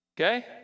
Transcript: Okay